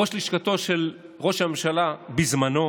ראש לשכתו של ראש הממשלה בזמנו,